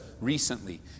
recently